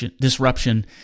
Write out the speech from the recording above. disruption